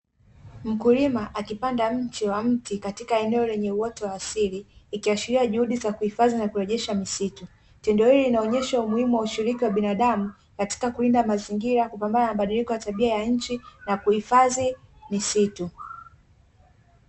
Mkulima akipanda mche wa mti katika eneo lenye uoto wa asili ikiashiria juhudi za kuhifadhi na kurejesha misitu, tendo hili linaonyesha umuhimu wa ushirika wa binadamu katika kulinda mazingira kupambana na mabadiliko ya tabia ya nchi na kuhifadhi misitu.